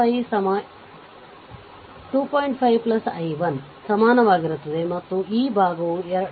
5i 1 ಗೆ ಸಮನಾಗಿರುತ್ತದೆ ಮತ್ತು ಈ ಭಾಗವು 2